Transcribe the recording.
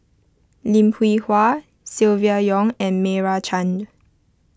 Lim Hwee Hua Silvia Yong and Meira Chand